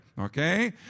okay